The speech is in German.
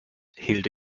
hilde